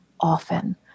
often